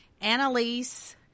Annalise